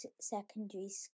secondary